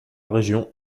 région